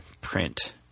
print